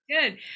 Good